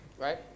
right